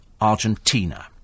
Argentina